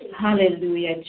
Hallelujah